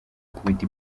ukubita